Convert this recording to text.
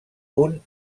punt